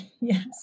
Yes